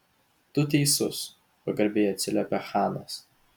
tu teisus pagarbiai atsiliepė chanas